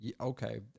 Okay